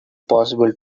possible